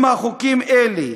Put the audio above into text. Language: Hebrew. אם חוקים אלה,